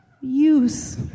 use